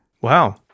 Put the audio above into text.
Wow